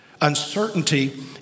Uncertainty